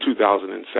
2007